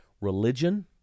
religion